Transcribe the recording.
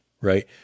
right